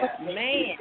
Man